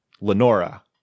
Lenora